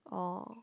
oh